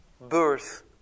birth